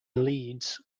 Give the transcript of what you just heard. leeds